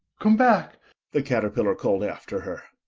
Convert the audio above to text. come back the caterpillar called after her.